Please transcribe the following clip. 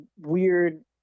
weird